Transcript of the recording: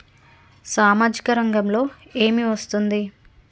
సామాజిక రంగంలో ఏమి వస్తుంది?